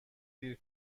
دیر